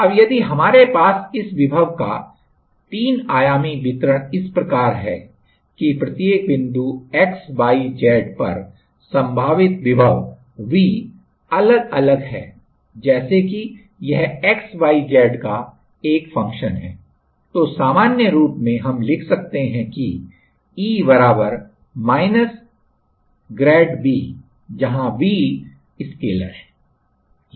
अब यदि हमारे पास इस विभव का 3 आयामी वितरण इस प्रकार है कि प्रत्येक बिंदु xyz पर संभावित विभव V अलग अलग है जैसे कि यह xyz का एक फंक्शन है तो सामान्य रूप में हम लिख सकते हैं कि E grad V जहां V स्केलर है